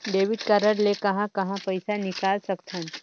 Debit card ले कहां कहां पइसा निकाल सकथन?